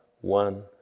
one